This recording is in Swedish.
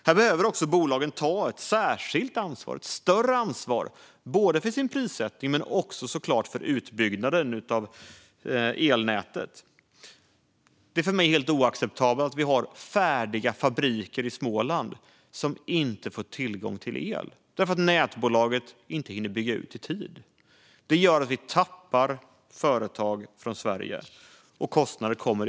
Dessa bolag behöver ta ett större ansvar för både sin prissättning och utbyggnaden av elnätet. Det är oacceptabelt att vi har färdiga fabriker i Småland som inte får tillgång till el för att nätbolaget inte byggt ut nätet i tid. Detta gör att Sverige förlorar företag, och det kostar.